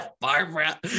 Barbara